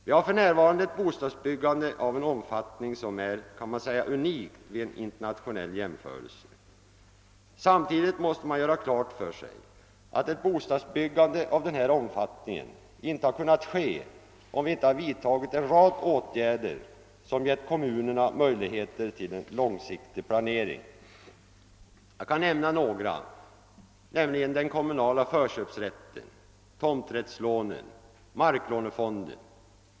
Vi har för närvarande ett bostadsbyggande av en omfattning som är unik vid en internationell jämförelse. Samtidigt måste man göra klart för sig att ett bostadsbyggande av den här omfattningen inte hade kunnat ske om vi inte vidtagit en rad åtgärder, som givit kommunerna möjligheter till långsiktig planering. Jag kan nämna några, nämligen den kommunala förköpsrätten, tomträttslånen, marklånefonden.